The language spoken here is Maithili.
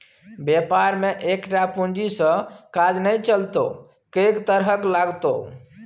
बेपार मे एकटा पूंजी सँ काज नै चलतौ कैक तरहक लागतौ